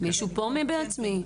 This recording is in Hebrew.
יש פה מישהו מ"בעצמי"?